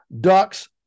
ducks